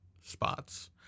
spots